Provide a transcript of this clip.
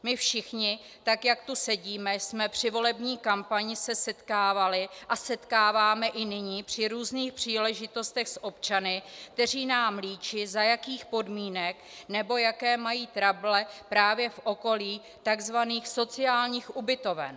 My všichni, tak jak tu sedíme, jsme se při volební kampani setkávali a setkáváme i nyní při různých příležitostech s občany, kteří nám líčí, za jakých podmínek, nebo jaké mají trable právě v okolí tzv. sociálních ubytoven.